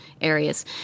areas